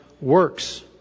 works